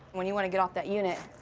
when you want to get off that unit,